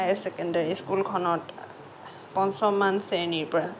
higher secondary স্কুলখনত পঞ্চমমান শ্ৰেণীৰ পৰা